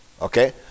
Okay